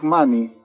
money